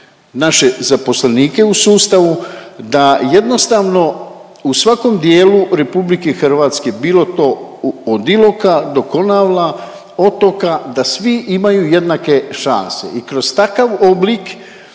naše zaposlenike u sustavu da jednostavno u svakom dijelu RH bilo to od Iloka do Konavla, otoka da svi imaju jednake šanse. I kroz takav oblik